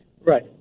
Right